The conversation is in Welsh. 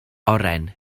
oren